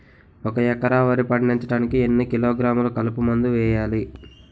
ఒక ఎకర వరి పండించటానికి ఎన్ని కిలోగ్రాములు కలుపు మందు వేయాలి?